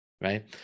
right